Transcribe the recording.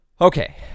okay